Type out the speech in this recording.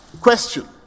question